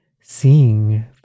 seeing